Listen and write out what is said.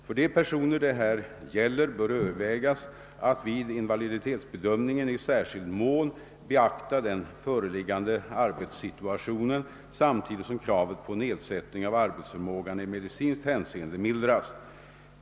För de personer som det här gäller bör övervägas att vid invaliditetsbedömningen i särskild mån beakta den föreliggande arbetssituationen samtidigt som kravet på nedsättning av arbetsförmågan i medicinskt hänseende mildras.